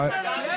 אתה